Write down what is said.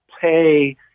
pay